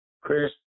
Chris